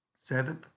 Seventh